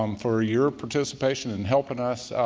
um for ah your participation in helping us,